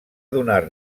donar